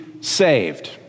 saved